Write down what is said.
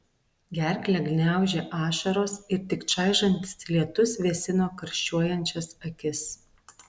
gerklę gniaužė ašaros ir tik čaižantis lietus vėsino karščiuojančias akis